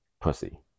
pussy